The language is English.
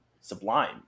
sublime